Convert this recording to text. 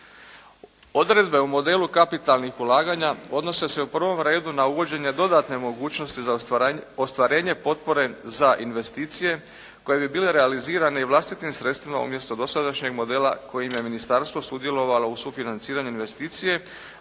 Odredbe o modelu kapitalnih ulaganja odnose se u prvom redu na uvođenje dodatne mogućnosti za ostvarenje potpore za investicije koje bi bile realizirane i vlastitim sredstvima osim dosadašnjeg modela kojim je Ministarstvo sudjelovalo u sufinanciranju investicije